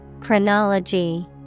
Chronology